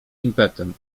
impetem